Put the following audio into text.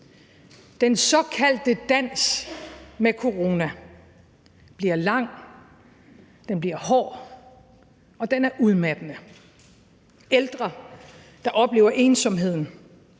Den såkaldte dans med corona bliver lang, den bliver hård, og den er udmattende: ældre, der oplever ensomheden;